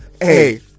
Hey